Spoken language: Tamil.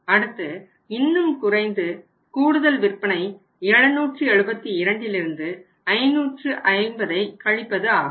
அடுத்து இன்னும் குறைந்து கூடுதல் விற்பனை 772 550 ஆகும்